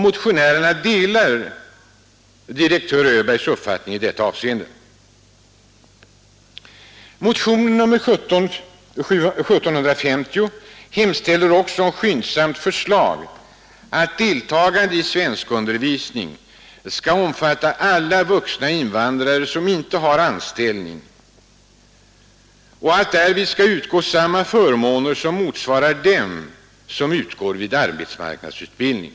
Motionärerna delar generaldirektör Öbergs uppfattning i detta avseende. I motionen nr 1750 hemställer vi också om skyndsamt förslag om att deltagande i svenskundervisning skall omfatta alla vuxna invandrare som inte har anställning och att därvid skall utgå förmåner som motsvarar dem som utgår vid arbetsmarknadsutbildning.